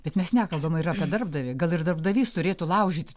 bet mes nekalbam ir apie darbdavį gal ir darbdavys turėtų laužyti